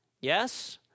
Yes